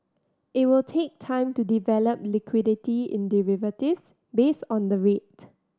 it will take time to develop liquidity in derivatives based on the rate